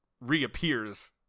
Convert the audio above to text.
reappears